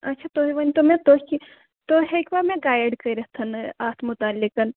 اَچھا تُہۍ ؤنۍتو مےٚ تُہۍ کہِ تُہۍ ہیٚکوا مےٚ گایِڈ کٔرِتھ اَتھ مُتعلِقَ